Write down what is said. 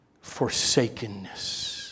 forsakenness